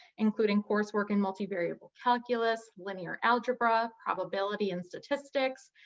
including coursework in multivariable calculus, linear algebra, probability and statistics.